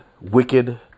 Wicked